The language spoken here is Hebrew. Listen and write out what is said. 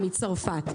מצרפת.